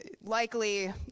likely